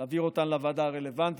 ולהעביר אותן לוועדה הרלוונטית.